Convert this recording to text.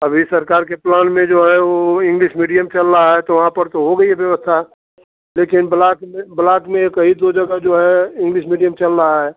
सभी सरकार के पलान में जो है वह इंग्लिश मीडियम चल रहा है तो वहाँ पर तो हो गई है व्यवस्था लेकिन ब्लॉक में ब्लॉक में कहीं एक दो जगह जो है इंग्लिश मीडियम चल रहा है